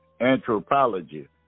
anthropology